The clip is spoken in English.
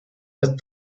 had